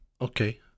Okay